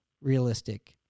realistic